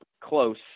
close